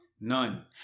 None